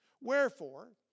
Wherefore